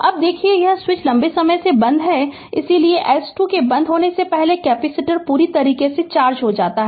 अब देखिए यह स्विच लंबे समय से बंद था इसलिए S2 के बंद होने से पहले कैपेसिटर पूरी तरह से चार्ज हो जाता है